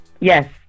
Yes